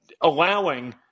allowing